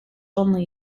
only